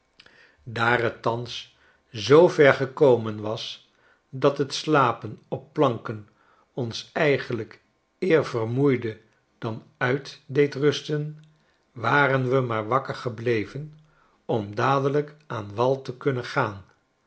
daar t thans zoover gekomen was dat het slapen op planken ons eigenlijk eer vermoeide dan uit deed rusten waren we maar wakker gebleven om dadelijk aan wal te kunnen gaan